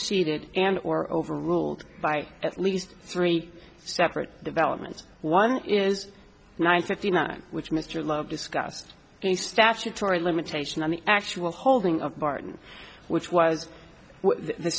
seded and or overruled by at least three separate developments one is nine fifty nine which mr love discussed a statutory limitation on the actual holding of martin which was the